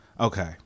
Okay